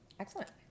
Excellent